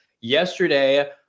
Yesterday